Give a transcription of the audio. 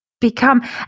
become